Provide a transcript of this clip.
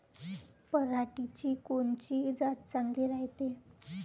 पऱ्हाटीची कोनची जात चांगली रायते?